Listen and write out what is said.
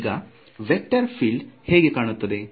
ಈಗ vector field ಹೇಗೆ ಕಾಣುತ್ತದೆ